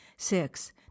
Six